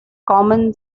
common